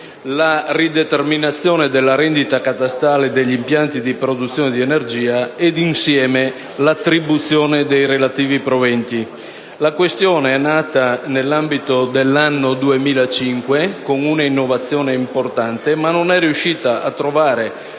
la rideterminazione della rendita catastale degli impianti di produzione di energia ed insieme l'attribuzione dei relativi proventi. La questione è nata nel corso dell'anno 2005 quando fu introdotta un'innovazione importante, che non è riuscita però a trovare